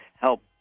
help